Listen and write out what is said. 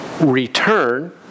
return